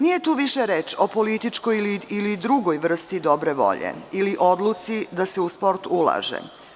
Nije tu više reč o političkoj ili drugoj vrsti dobre volje ili odluci da se u sport ulaže.